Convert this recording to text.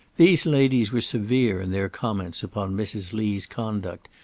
these ladies were severe in their comments upon mrs. lee's conduct,